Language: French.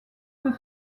peut